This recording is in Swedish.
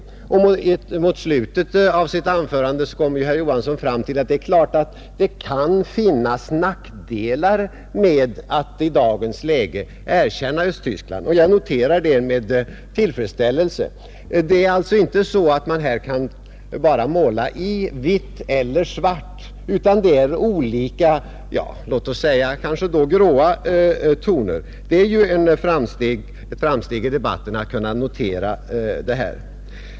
Mot slutet av sitt anförande kom också herr Johansson fram till att det kan finnas nackdelar med att i dagens läge erkänna Östtyskland. Jag noterar detta med tillfredsställelse. Man bör här inte bara måla i vitt eller svart, utan det finns andra — låt oss säga grå färgtoner. Det är ett framsteg att detta kommer fram i debatten.